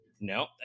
No